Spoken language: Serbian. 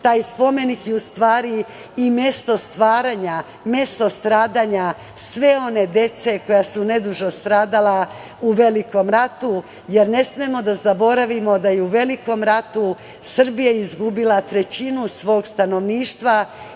Taj spomenik je u stvari i mesto stvaranja, mesto stradanja sve one dece koja su nedužno stradala u Velikom ratu, jer ne smemo da zaboravimo da je u Velikom ratu Srbija izgubila trećinu svog stanovništva